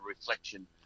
reflection